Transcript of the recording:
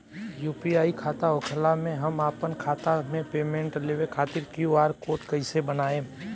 UPI खाता होखला मे हम आपन खाता मे पेमेंट लेवे खातिर क्यू.आर कोड कइसे बनाएम?